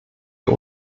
der